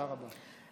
תודה רבה.